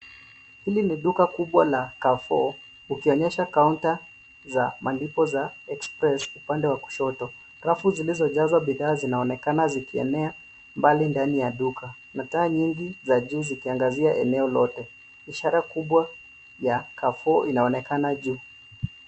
Hili ni duka kubwa la Carrefour likionyesha counter za malipo za Express upande wa kushoto. Rafu zilizojaza bidhaa zinaonekana zikienea mbali ndani ya duka na taa nyingi za juu zikiangazia eneo lote. Ishara kubwa ya Carrefour inaonekana juu.